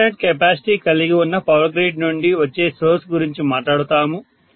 infinite capacity కలిగి ఉన్న power grid నుండి వచ్చే సోర్స్ గురించి మాట్లాడుతాము